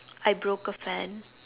I broke a fan